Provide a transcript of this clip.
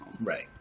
Right